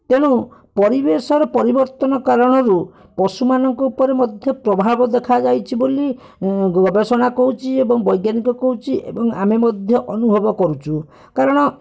ତେଣୁ ପରିବେଶର ପରିବର୍ତ୍ତନ କାରଣରୁ ପଶୁମାନଙ୍କ ଉପରେ ମଧ୍ୟ ପ୍ରଭାବ ଦେଖାଯାଇଛି ବୋଲି ଗବେଷଣା କହୁଛି ଏବଂ ବୈଜ୍ଞାନିକ କହୁଛି ଏବଂ ଆମେ ମଧ୍ୟ ଅନୁଭବ କରୁଛୁ କାରଣ